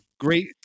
Great